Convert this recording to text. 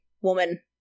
woman